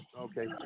Okay